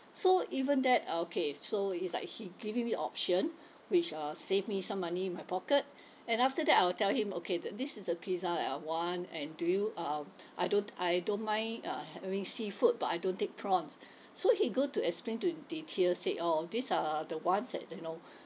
so even that okay so it's like he giving me option which uh saved me some money in my pocket and after that I'll tell him okay the this is the pizza that I want and do you um I don't I don't mind uh having seafood but I don't take prawns so he go to explain to the details said oh these are the ones that you know